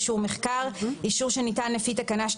"אישור מחקר" אישור שניתן לפי תקנה 2